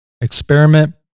Experiment